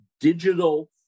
digital